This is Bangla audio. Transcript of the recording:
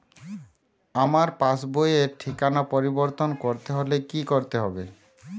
আমার পাসবই র ঠিকানা পরিবর্তন করতে হলে কী করতে হবে?